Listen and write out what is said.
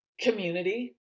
community